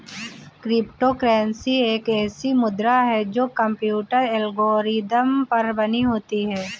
crypto currency एक ऐसी मुद्रा है जो कंप्यूटर एल्गोरिदम पर बनी होती है